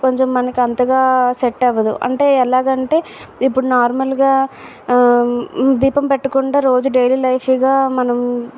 కొంచెం మనకి అంతగా సెట్ అవ్వదు అంటే ఎలాగంటే ఇప్పుడు నార్మల్గా దీపం పెట్టకుండా రోజు డైలీ లైఫ్గా మనం